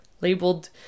labeled